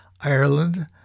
Ireland